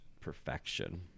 perfection